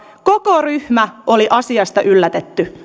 koko ryhmä oli asiassa yllätetty